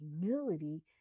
humility